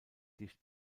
dicht